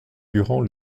durant